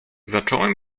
zacząłem